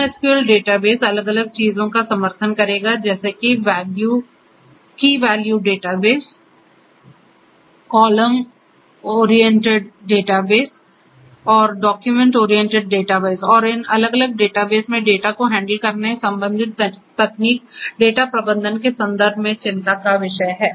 NoSQL database अलग अलग चीज़ों का समर्थन करेगा जैसे कि वैल्यू डेटाबेस और इन अलग अलग डेटाबेस में डेटा को हैंडल करने संबंधित तकनीक डेटा प्रबंधन के संदर्भ में चिंता का विषय है